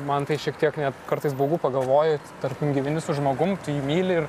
man tai šiek tiek net kartais baugu pagalvoji tarkim gyveni su žmogum tu jį myli ir